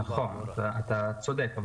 נכון, אתה צודק.